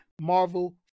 Marvel